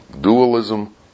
dualism